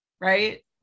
right